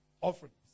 offerings